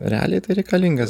realiai tai reikalingas